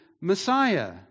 Messiah